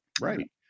right